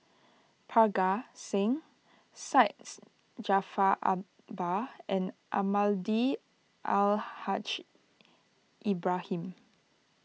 Parga Singh Syed Jaafar Albar and Almahdi Al Haj Ibrahim